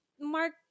mark